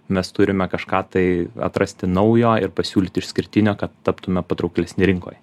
mes turime kažką tai atrasti naujo ir pasiūlyt išskirtinio kad taptume patrauklesni rinkoj